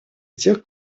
тех